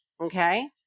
okay